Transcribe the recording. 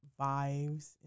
vibes